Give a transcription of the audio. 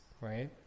right